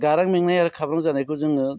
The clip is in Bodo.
गारां मेंनाय आरो खाब्रां जानायखौ जोङो